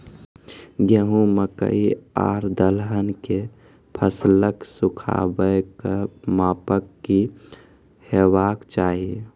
गेहूँ, मकई आर दलहन के फसलक सुखाबैक मापक की हेवाक चाही?